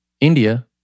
India